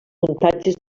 muntatges